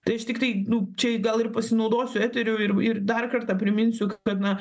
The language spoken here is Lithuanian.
tai aš tiktai nu čia ir gal ir pasinaudosiu eteriu ir ir dar kartą priminsiu kad na